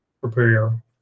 prepare